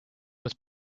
was